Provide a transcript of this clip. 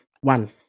One